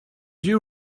you